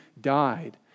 died